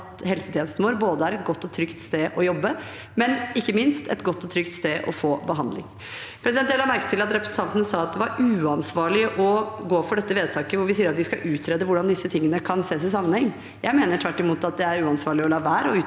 at helsetjenesten vår både er et godt og trygt sted å jobbe og ikke minst et godt og trygt sted å få behandling. Jeg la merke til at representanten sa at det var uansvarlig å gå for vedtaket hvor vi sier at vi skal utrede hvordan disse tingene kan ses i sammenheng. Jeg mener tvert imot at det er uansvarlig å la være